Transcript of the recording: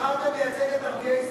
נבחרתם לייצג את ערביי ישראל,